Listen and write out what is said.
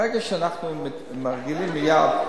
שברגע שאנחנו מרגילים מייד,